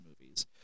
movies